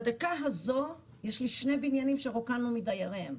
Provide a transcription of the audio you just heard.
בדקה הזאת יש לי שני בניינים שרוקנו מדייריהם,